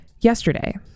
yesterday